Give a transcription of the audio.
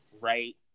right